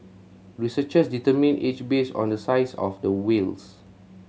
researchers determine age based on the size of the whales